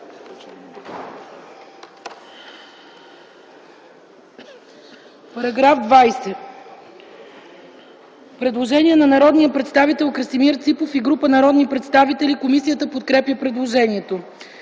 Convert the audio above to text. предложението. Предложение на народния представител Красимир Ципов и група народни представители. Комисията подкрепя предложението.